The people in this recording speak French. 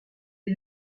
est